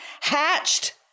hatched